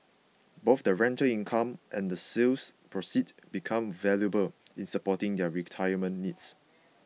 both the rental income and the sale proceeds become valuable in supporting their retirement needs